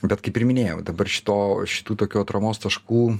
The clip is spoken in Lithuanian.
bet kaip ir minėjau dabar šito šitų tokių atramos taškų